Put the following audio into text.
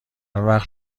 وقت